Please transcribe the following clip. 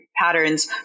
patterns